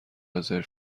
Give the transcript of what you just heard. رزرو